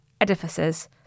edifices